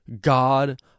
God